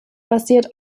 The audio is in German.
basiert